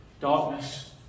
darkness